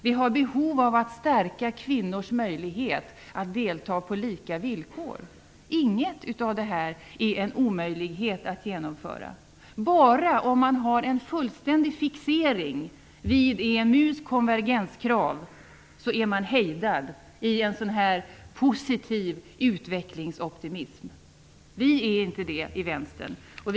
Vi har behov av att stärka kvinnors möjlighet att delta på lika villkor. Inget av detta är omöjligt att genomföra. Bara om man har en fullständig fixering vid EMU:s konvergenskrav är man hejdad i en sådan här positiv utvecklingsoptimism. Vi i Vänstern är inte det.